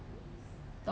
mmhmm